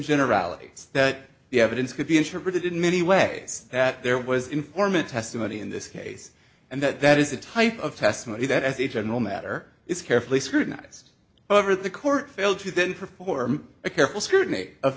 generalities that the evidence could be interpreted in many ways that there was informant testimony in this case and that that is the type of testimony that as a general matter is carefully scrutinized over the court failed to then perform a careful scrutiny of